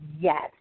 yes